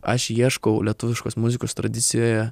aš ieškau lietuviškos muzikos tradicijoje